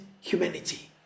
humanity